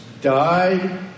died